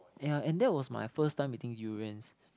ya and that was my first time eating durians